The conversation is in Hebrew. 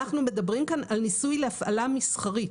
אנחנו מדברים כאן על ניסוי להפעלה מסחרית.